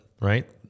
right